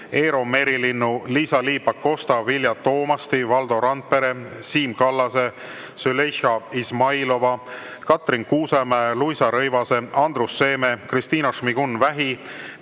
Eero Merilinnu, Liisa-Ly Pakosta, Vilja Toomasti, Valdo Randpere, Siim Kallase, Züleyxa Izmailova, Katrin Kuusemäe, Luisa Rõivase, Andrus Seeme, Kristina Šmigun-Vähi,